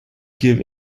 give